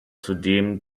zudem